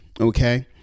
Okay